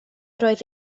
roedd